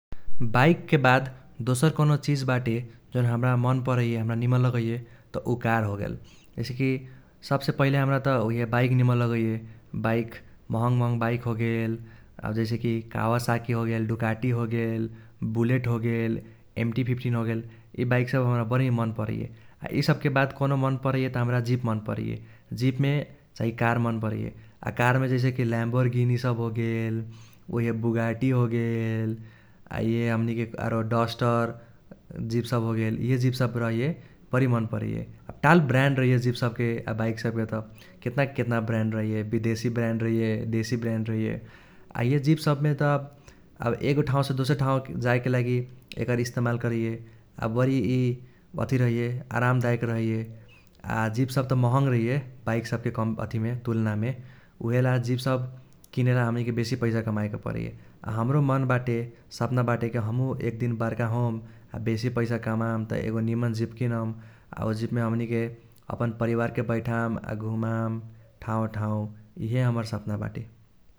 बाइकके बाद दोसर कौनो चिज बाटे जौन हम्रा मन परैये हम्रा निमन लगैये त उ कार होगेल । जैसे कि सबसे पहिले हम्रा त उइहे बाइक निमन लगैये । बाइक महँग महँग बाइक होगेल आब जैसे कि कावासाकी होगेल, दुकाटी होगेल, बुलेट होगेल, एम्टी फिफ्टीन होगेल इ बाइक सब हम्रा बरी मन परैये । आ इसबके बाद कौनो मन परैये त हम्रा जीप मन परैये । जीपमे चाही कार मन परैये। आ कारमे जैसे कि ल्यामबोरगिनी सब होगेल, उइहे बुगाटि होगेल ,आ इहे हमनीके आरो डस्टर जीप सब होगेल । इहे जीप सब रहैये बरी मन परैये । आ टाल ब्रांड रहैये जीप सबके आ बाइक सबके त, केतना केतना ब्रांड रहैये । बेदेशी ब्रांड रहैये देशी ब्रांड रहैये, आ इहे जीप सबमे त आब एगो ठाउसे दोसर ठाउ जाएके लागि एकर इस्तमाल करैये । आ बरी इ अथि रहैये आराम दाएक रहैये । आ जीप सब त महँग रहैये बाइक सबके अथिमे तुल्नामे। उइहेला जीप सब किनेला हमनीके बेसी पैसा कमाएके परैये । आ हम्रो मन बाटे सपना बाटे कि हमहू एक दिन बर्का होम आ बेसी पैसा कमाम त एगो निमन जीप किनम, आ उ जीपमे हमनीके अपन परिवारके बैठाम आ घुमाम ठाउ ठाउ इहे हमर सपना बाटे ।